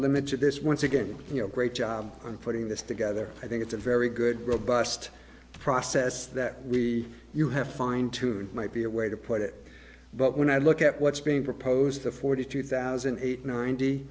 limit to this once again you know great job on putting this together i think it's a very good robust process that we you have to fine tune might be a way to put it but when i look at what's being proposed to forty two thousand eight ninety